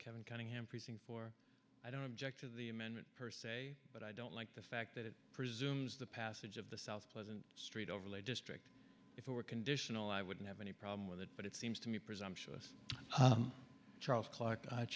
kevin cunningham pressing for i don't object to the amendment per se but i don't like the fact that it presumes the passage of the south pleasant street overlay district if it were conditional i wouldn't have any problem with it but it seems to me presumptuous charles cl